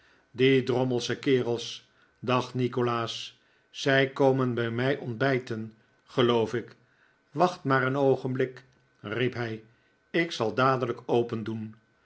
die drommelsche kerels dacht nikolaas zij komen bij mij ontbijten geloof ik wacht maar een oogenblik riep hij ik zal dadelijk opendoen